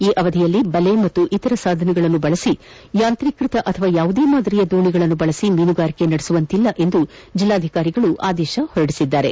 ಈ ಅವಧಿಯಲ್ಲಿ ಬಲೆ ಹಾಗೂ ಇತರ ಸಾಧನಗಳನ್ನು ಉಪಯೋಗಿಸಿ ಯಾಂತ್ರಿಕೃತ ಅಥವಾ ಇನ್ನಾವುದೇ ಮಾದರಿಯ ದೋಣಿಗಳನ್ನು ಬಳಸಿ ಮೀನುಗಾರಿಕೆ ನಡೆಸುವಂತಿಲ್ಲ ಎಂದು ಜಿಲ್ಲಾಧಿಕಾರಿ ಆದೇಶ ಹೊರಡಿಸಿದ್ದಾರೆ